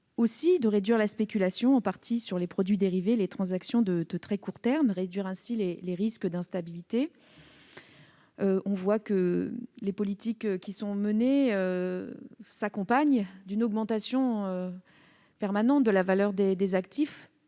: réduire la spéculation, en particulier sur les produits dérivés et les transactions de très court terme, et réduire ainsi les risques d'instabilité. Les politiques menées s'accompagnent d'une augmentation permanente de la valeur des actifs,